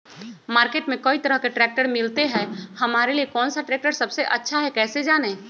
Market में कई तरह के ट्रैक्टर मिलते हैं हमारे लिए कौन सा ट्रैक्टर सबसे अच्छा है कैसे जाने?